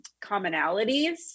commonalities